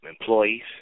employees